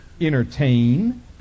entertain